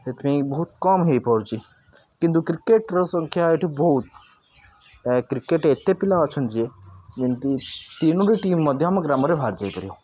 ହେଇଥିପାଇଁ ବହୁତ କମ୍ ହୋଇପାରୁଛି କିନ୍ତୁ କ୍ରିକେଟ୍ର ସଂଖ୍ୟା ଏଠି ବହୁତ ଏ କ୍ରିକେଟ୍ ଏତେ ପିଲା ଅଛନ୍ତି ଯେ କିନ୍ତୁ ତିନୋଟି ଟିମ୍ ମଧ୍ୟ ଆମ ଗ୍ରାମରେ ବାହାରିଯାଇପାରିବ